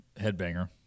headbanger